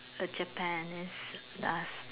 the Japanese